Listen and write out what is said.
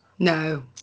No